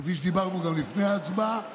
כפי שדיברנו גם לפני ההצבעה,